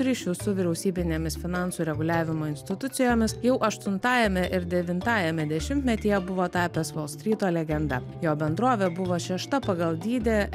ryšius su vyriausybinėmis finansų reguliavimo institucijomis jau aštuntajame ir devintajame dešimtmetyje buvo tapęs volstryto legenda jo bendrovė buvo šešta pagal dydį